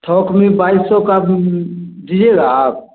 थोक में बाईस सौ का दीजिएगा आप